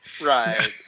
Right